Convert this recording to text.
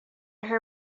her